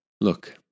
Look